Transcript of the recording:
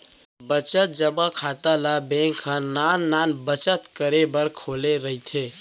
बचत जमा खाता ल बेंक ह नान नान बचत करे बर खोले रहिथे